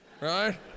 right